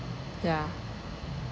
ya